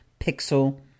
pixel